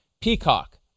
Peacock